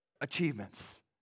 achievements